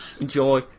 enjoy